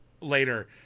later